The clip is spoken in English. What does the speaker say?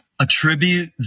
attribute